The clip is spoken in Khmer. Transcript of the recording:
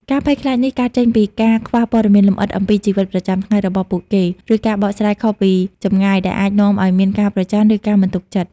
ការភ័យខ្លាចនេះកើតចេញពីការខ្វះព័ត៌មានលម្អិតអំពីជីវិតប្រចាំថ្ងៃរបស់ពួកគេ ឬការបកស្រាយខុសពីចម្ងាយ ដែលអាចនាំឱ្យមានការប្រចណ្ឌ ឬការមិនទុកចិត្ត។